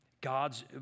God's